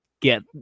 get